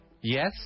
Yes